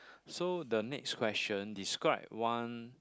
so the next question describe one